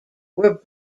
were